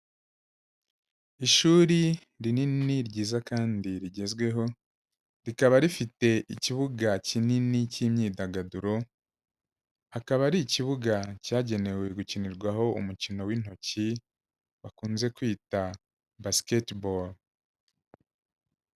Ishuri rinini ryiza kandi rigezweho, rikaba rifite ikibuga kinini cy'imyidagaduro, akaba ari ikibuga cyagenewe gukinirwaho umukino w'intoki bakunze kwita Basketball.